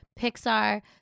Pixar